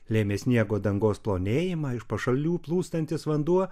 lėmė sniego dangos plonėjimą iš pašalių plūstantis vanduo